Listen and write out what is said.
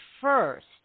first